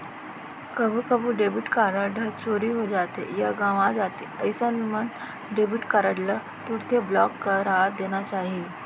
कभू कभू debit card ह चोरी हो जाथे या गवॉं जाथे अइसन मन डेबिट कारड ल तुरते ब्लॉक करा देना चाही